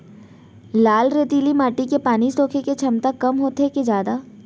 लाल रेतीली माटी के पानी सोखे के क्षमता कम होथे की जादा?